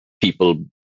people